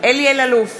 אלי אלאלוף,